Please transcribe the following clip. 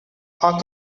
how